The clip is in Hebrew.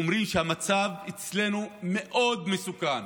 אומרים שהמצב אצלנו מאוד מסוכן